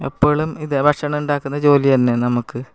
എപ്പോഴും ഇതാ ഭക്ഷണം ഉണ്ടാക്കുന്ന ജോലി തന്നയാ നമുക്ക്